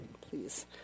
please